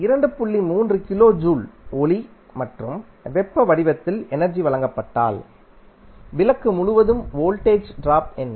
3 kilo joule ஒளி மற்றும் வெப்ப வடிவத்தில் எனர்ஜி வழங்கப்பட்டால் விளக்கு முழுவதும் வோல்டேஜ் ட்ராப் என்ன